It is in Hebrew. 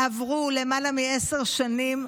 עברו למעלה מעשר שנים,